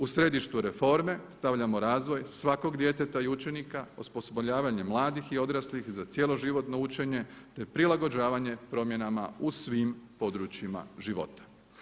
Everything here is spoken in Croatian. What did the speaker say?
U središte reforme stavljamo razvoj svakog djeteta i učenika, osposobljavanje mladih i odraslih za cjeloživotno učenje te prilagođavanje promjenama u svim područjima života.